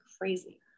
crazy